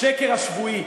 השקר השבועי.